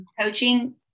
coaching